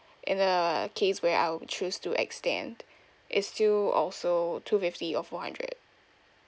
in a case where I would choose to extend it's still also two fifty or four hundred